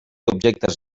objectes